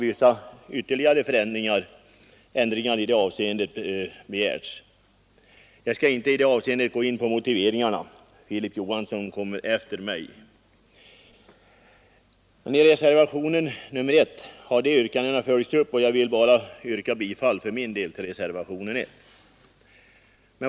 Vissa ytterligare förändringar har begärts i motionen 1859, och dessa yrkanden har följts upp i reservationen 1.